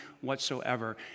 whatsoever